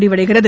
முடிவடைகிறது